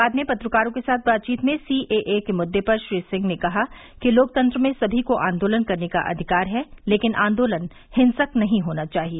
बाद में पत्रकारों के साथ बाचचीत में सीएए के मुद्दे पर श्री सिंह ने कहा कि लोकतंत्र में सभी को आन्दोलन करने का अधिकार है लेकिन आन्दोलन हिंसक नहीं होना चाहिए